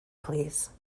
please